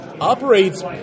operates